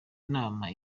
inama